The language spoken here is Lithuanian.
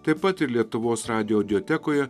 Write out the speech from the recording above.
taip pat ir lietuvos radijo audiotekoje